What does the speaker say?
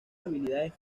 habilidades